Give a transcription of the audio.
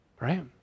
Right